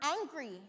angry